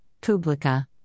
Publica